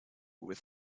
with